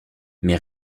mais